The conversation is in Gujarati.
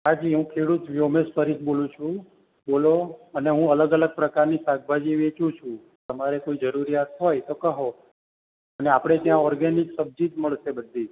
હાજી હું ખેડૂત યોમેશ પરીખ બોલુ છું બોલો અને હું અલગ અલગ પ્રકારની શાકભાજી વેચુ છું તમારે શું જરૂરિયાત હોય તો કહો અને આપણે ત્યાં ઓર્ગેનિક સબ્જી જ મળશે બધી જ